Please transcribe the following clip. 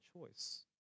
choice